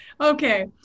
Okay